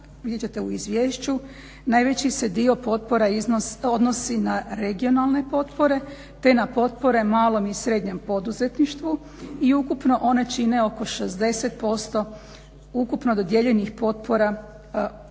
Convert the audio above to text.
vidjet ćete u izvješću najveći se dio potpora odnosi na regionalne potpore te na potpore malom i srednjem poduzetništvu i ukupno one čine oko 60% ukupno dodijeljenih potpora za